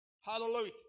Hallelujah